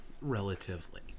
relatively